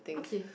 okay